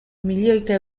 milioika